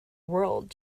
world